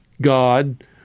God